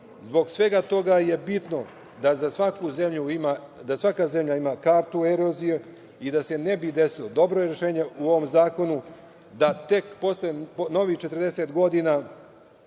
Zbog svega toga je bitno da svaka zemlja ima kartu erozije i dobro je rešenje u ovom zakonu da tek posle novih 40 godina